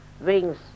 wings